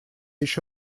еще